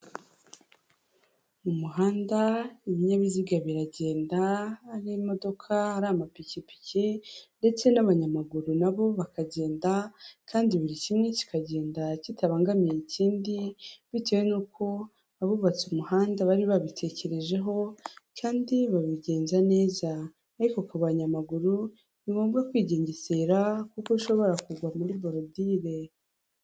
Umuhanda ibinyabiziga biragenda, ari imodoka, ari amapikipiki ndetse n'abanyamaguru na bo bakagenda kandi buri kimwe kikagenda kitabangamiye ikindi, bitewe nuko abubatse umuhanda bari babitekerejeho kandi babigenza neza, ariko kubanyamaguru ni ngombwa kwigengesera, kuko ushobora kugwa muri borudire.